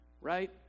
Right